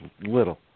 little